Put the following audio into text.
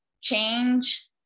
change